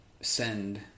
send